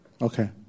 Okay